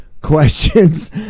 questions